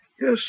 Yes